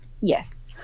yes